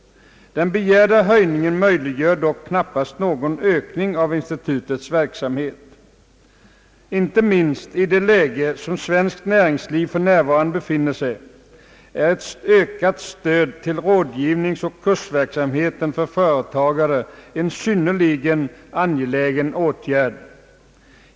Den begärda höjningen möjliggör dock knappast någon ökning av institutets verksamhet. Inte minst i det läge som svenskt näringsliv för närvarande befinner sig är ett ökat stöd till rådgivningsoch kursverksamheten för företagare en synnerligen angelägen åtgärd.